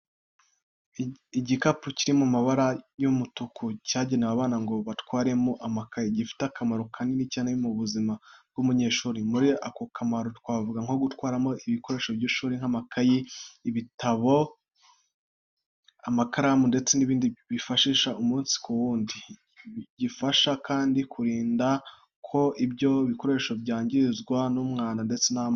Igikapu kiri mu ibara ry'umutuku cyagenewe abana ngo batwaremo amakayi, gifite akamaro kanini cyane mu buzima bw’umunyeshuri. Muri ako kamaro twavuga nko gutwaramo ibikoresho by'ishuri nk'amakayi, ibitabo, amakaramu ndetse n'ibindi bifashisha umunsi ku wundi. Gifasha kandi kurinda ko ibyo ibikoresho byangizwa n'umwanda ndetse n'amazi.